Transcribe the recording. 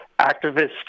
activists